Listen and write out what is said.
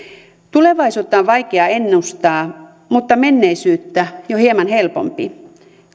tulevaisuutta on vaikea ennustaa mutta menneisyyttä jo hieman helpompi